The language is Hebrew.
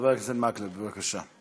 חבר הכנסת מקלב, בבקשה.